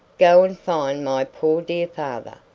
go and find my poor dear father,